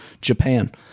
Japan